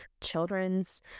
children's